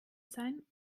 sein